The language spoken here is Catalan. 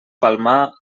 palmar